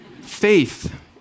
faith